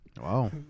Wow